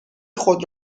خود